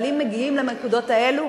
שלא נזדקק, אבל אם מגיעים לנקודות האלה,